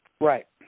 Right